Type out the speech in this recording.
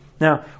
Now